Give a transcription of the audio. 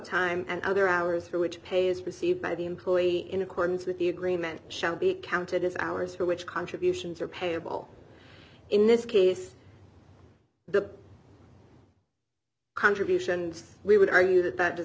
time and other hours for which pays received by the employee in accordance with the agreement shall be counted as ours for which contributions are payable in this case the contribution we would argue that that does